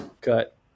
cut